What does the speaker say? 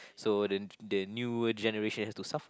so the the newer generation has to suffer